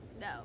no